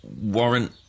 warrant